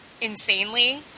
insanely